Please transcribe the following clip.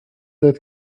that